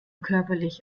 körperlich